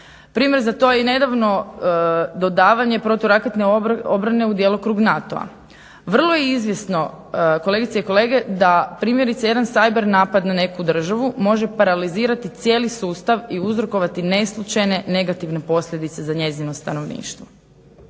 Primjer za to je i nedavno dodavanje proturaketne obrane u djelokrug NATO-a. Vrlo je izvjesno, kolegice i kolege, da primjerice jedan cayber napad na neku državu može paralizirati cijeli sustav i uzrokovati neslućene, negativne posljedice za njezino stanovništvo.